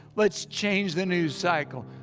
let's change the news cycle.